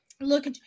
Look